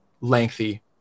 lengthy